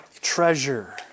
treasure